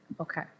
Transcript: Okay